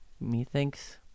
Methinks